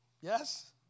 Yes